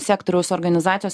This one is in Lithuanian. sektoriaus organizacijos